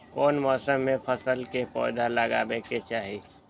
कौन मौसम में फल के पौधा लगाबे के चाहि?